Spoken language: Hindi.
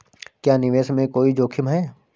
क्या निवेश में कोई जोखिम है?